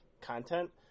content